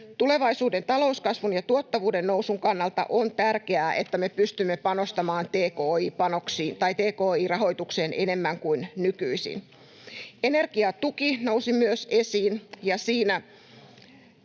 Tulevaisuuden talouskasvun ja tuottavuuden nousun kannalta on tärkeää, että me pystymme panostamaan tki-rahoitukseen enemmän kuin nykyisin. Energiatuki nousi myös esiin,